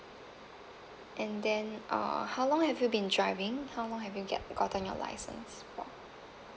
and then uh how long have you been driving how long have you get gotten your license for